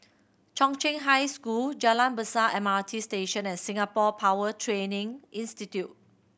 Chung Cheng High School Jalan Besar M R T Station and Singapore Power Training Institute